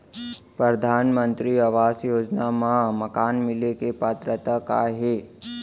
परधानमंतरी आवास योजना मा मकान मिले के पात्रता का हे?